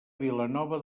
vilanova